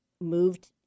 moved